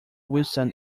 wilson